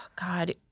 God